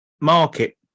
market